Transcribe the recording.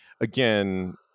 again